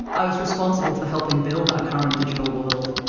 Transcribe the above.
i was responsible for helping to build our current digital world.